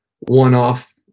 one-off